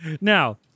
now